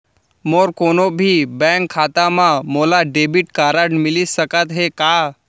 मोर कोनो भी बैंक खाता मा मोला डेबिट कारड मिलिस सकत हे का?